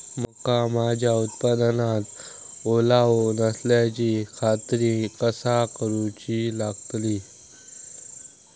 मका माझ्या उत्पादनात ओलावो नसल्याची खात्री कसा करुची लागतली?